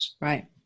Right